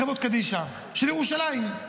חברות קדישא של ירושלים,